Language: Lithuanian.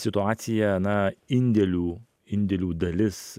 situacija na indėlių indėlių dalis